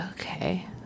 okay